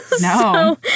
No